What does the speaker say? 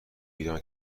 ایران